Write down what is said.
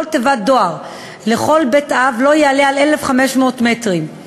תיבת דואר לכל בית-אב לא יעלה על 1,500 מטרים,